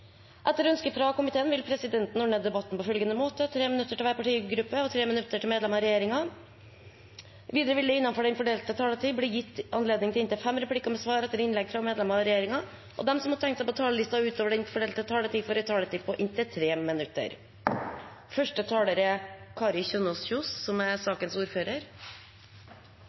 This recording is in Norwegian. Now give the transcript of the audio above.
medlemmer av regjeringen. Videre vil det – innenfor den fordelte taletid – bli gitt anledning til inntil fem replikker med svar etter innlegg fra medlemmer av regjeringen, og de som måtte tegne seg på talerlisten utover den fordelte taletid, får en taletid på inntil 3 minutter.